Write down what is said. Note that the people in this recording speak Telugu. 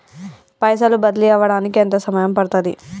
పైసలు బదిలీ అవడానికి ఎంత సమయం పడుతది?